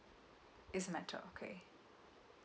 it's matter okay